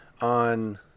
on